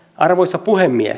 arvoisa puhemies